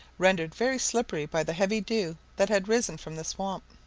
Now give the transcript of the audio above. rendered very slippery by the heavy dew that had risen from the swamp.